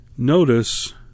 Notice